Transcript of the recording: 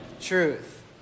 truth